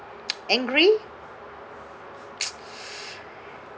angry